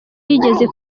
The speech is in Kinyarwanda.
yigeze